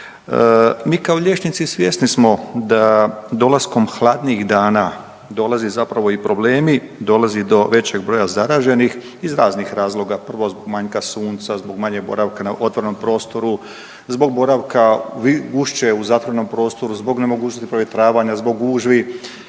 Mi kao liječnici svjesni smo da dolaskom hladnijih dana dolazi zapravo i problemi, dolazi do većeg broja zaraženih iz razloga, prvo, manjka sunca, zbog manjeg boravka na otvorenom prostoru, zbog boravka gušće u zatvorenom prostoru, zbog nemogućnosti provjetravanja, zbog gužvi